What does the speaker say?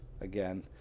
again